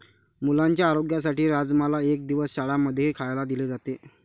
मुलांच्या आरोग्यासाठी राजमाला एक दिवस शाळां मध्येही खायला दिले जाते